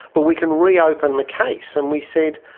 but we can reopen the case. and we said,